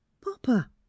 papa